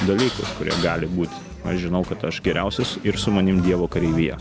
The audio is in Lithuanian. dalykus kurie gali būti aš žinau kad aš geriausias ir su manim dievo kareivija